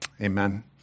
Amen